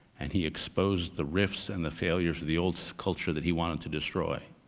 and he exposed the rifts and the failures of the old so culture that he wanted to destroy.